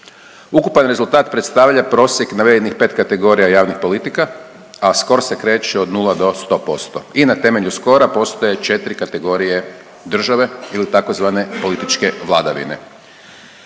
Ukupan rezultat predstavlja prosjek navedenih 5 kategorija javnih politika, a score se kreće od 0 do 100% i na temelju scorea postoje 4 kategorije države ili tzv. političke vladavine.